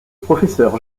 professeur